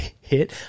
hit